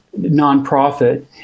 nonprofit